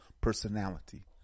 personality